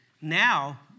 Now